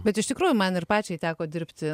bet iš tikrųjų man ir pačiai teko dirbti